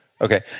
Okay